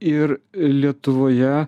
ir lietuvoje